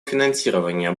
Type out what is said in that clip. финансирование